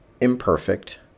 imperfect